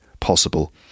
Possible